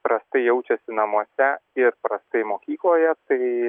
prastai jaučiasi namuose ir prastai mokykloje tai